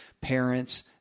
parents